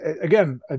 again